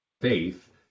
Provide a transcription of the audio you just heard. faith